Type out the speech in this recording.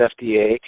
FDA